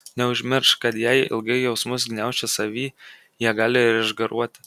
neužmiršk kad jei ilgai jausmus gniauši savy jie gali ir išgaruoti